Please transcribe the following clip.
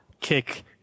kick